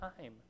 time